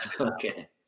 Okay